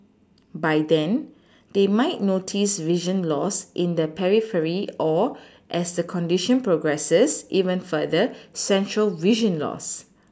by then they might notice vision loss in the periphery or as the condition progresses even further central vision loss